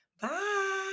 Bye